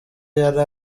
yari